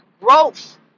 growth